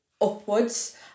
upwards